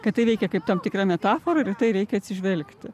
kad tai veikia kaip tam tikra metafora ir į tai reikia atsižvelgti